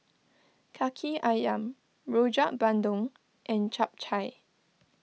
Kaki Ayam Rojak Bandung and Chap Chai